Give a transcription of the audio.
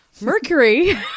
mercury